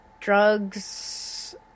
drugs